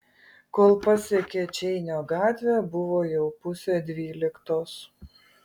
kol pasiekė čeinio gatvę buvo jau pusė dvyliktos